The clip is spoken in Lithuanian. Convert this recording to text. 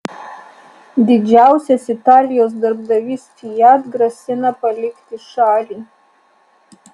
didžiausias italijos darbdavys fiat grasina palikti šalį